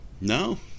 No